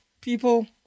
people